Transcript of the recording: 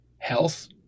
health